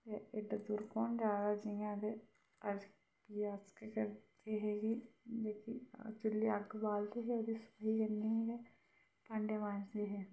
ते एह्डे दूर कौन जा जियां ते अस ते अस केह् करदे हे कि जेहकी चुल्ली अग्ग बालदे हे ओह्दी सुहाई कन्नै भांडे मांजदे हे